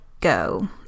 go